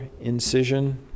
incision